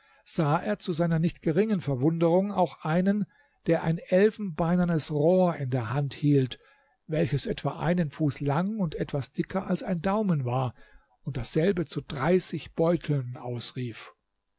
sah er zu seiner nicht geringen verwunderung auch einen der ein elfenbeinernes rohr in der hand hielt welches etwa einen fuß lang und etwas dicker als ein daumen war und dasselbe zu dreißig beuteln ausrief